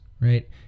right